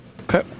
Okay